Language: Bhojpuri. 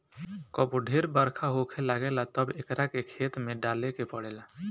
कबो ढेर बरखा होखे लागेला तब एकरा के खेत में डाले के पड़ेला